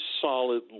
solid